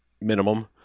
minimum